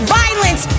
violence